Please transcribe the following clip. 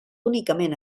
únicament